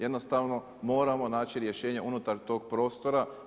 Jednostavno moramo naći rješenje unutar tog prostora.